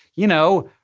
you know,